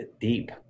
deep